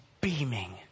beaming